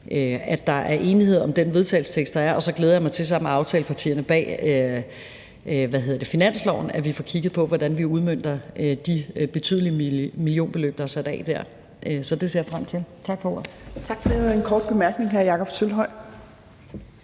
at der er enighed om den vedtagelsestekst, der er, og så glæder jeg mig til, at vi sammen med aftalepartierne bag finansloven får kigget på, hvordan vi udmønter de betydelige millionbeløb, der er sat af dér. Så det ser jeg frem til. Tak for ordet. Kl. 11:44 Fjerde næstformand (Trine